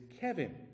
kevin